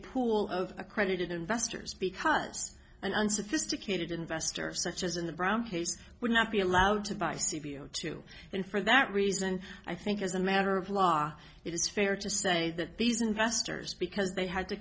pool of accredited investors because an unsophisticated investor such as in the brown case would not be allowed to buy c b o two and for that reason i think as a matter of law it is fair to say that these investors because they had to